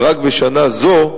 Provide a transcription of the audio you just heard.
ורק בשנה זו,